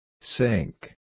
Sink